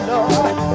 Lord